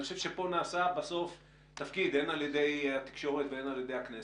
אני חושב שכאן נעשה תפקיד הן על ידי התקשורת והן על ידי הכנסת,